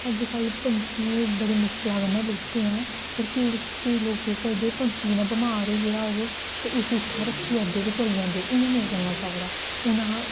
अजकल्ल पंछियें गी बड़ी मुश्कला कन्नै लुब्भदे ऐं पर केईं केईं लोक केह् करदे पंछी जियां बमार होई गेदा होग ते उस्सी उत्थै रक्खी ओड़दे ते चली जंदे इ'यां नेईं करना चाहिदा हून अहां